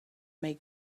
make